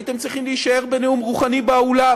שהייתם צריכים להישאר בנאום רוחאני באולם.